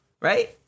right